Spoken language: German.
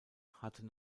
hatte